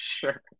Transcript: sure